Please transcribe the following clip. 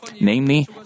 Namely